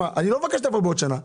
אני לא מבקש שתבוא בעוד שנה,